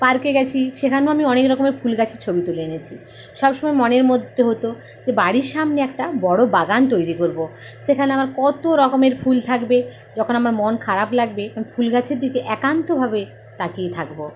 পার্কে গেছি সেখানেও আমি অনেক রকমের ফুল গাছের ছবি তুলে এনেছি সবসময় মনের মধ্যে হতো যে বাড়ির সামনে একটা বড়ো বাগান তৈরি করব সেখানে আমার কত রকমের ফুল থাকবে যখন আমার মন খারাপ লাগবে ফুল গাছের দিকে একান্তভাবে তাকিয়ে থাকব